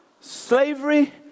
slavery